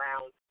round